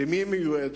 למי היא מיועדת?